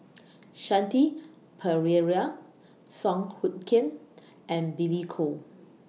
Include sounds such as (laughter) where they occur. (noise) Shanti Pereira Song Hoot Kiam and Billy Koh